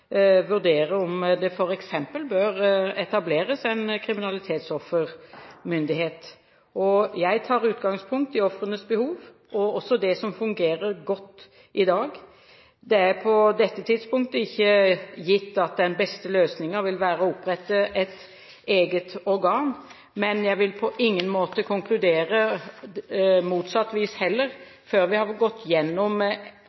vurdere om det f.eks. bør etableres en kriminalitetsoffermyndighet. Jeg tar utgangspunkt i ofrenes behov, og også det som fungerer godt i dag. Det er på dette tidspunktet ikke gitt at den beste løsningen vil være å opprette et eget organ, men jeg vil på ingen måte konkludere på motsatt vis